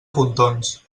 pontons